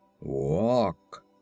Walk